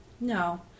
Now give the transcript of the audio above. No